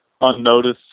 unnoticed